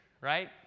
right